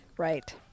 Right